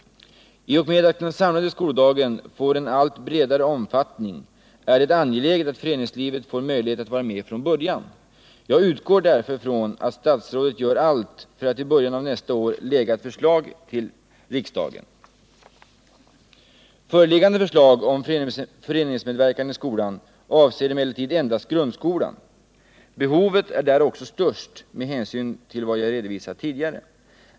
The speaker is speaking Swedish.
I och med att den samlade skoldagen får allt större omfattning är det angeläget att föreningslivet kan vara med från början. Jag utgår därför ifrån att statsrådet gör allt för att i början av nästa år kunna lägga fram ett förslag för riksdagen. Föreliggande förslag om föreningsmedverkan i skolan avser emellertid endast grundskolan. Behovet är där också störst, med hänsyn till vad jag redovisat tidigare.